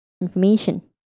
information